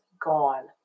gone